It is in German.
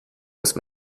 nichts